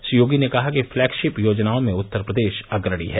श्री योगी ने कहा कि पलैगशिप योजनाओं में उत्तर प्रदेश अग्रणी है